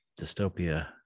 dystopia